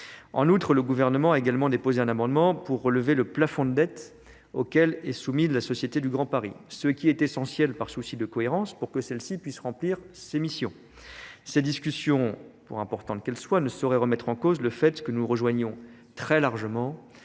en outre, le Gouvernement a également déposé un amendement pour relever le plafond de dette auquel est soumise la société du grand Paris, ce qui est essentiel par souci de cohérence pour que celle ci puisse remplir ses missions ces discussions pour importantes qu'elles soient ne sauraient remettre en cause le fait que nous nous rejoignons très largement